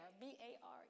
B-A-R